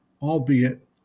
albeit